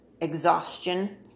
exhaustion